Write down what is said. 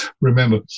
remember